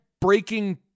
breaking